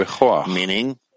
Meaning